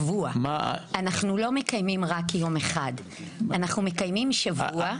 אנחנו לא מקיימים רק יום אחד, אנחנו מקיימים שבוע.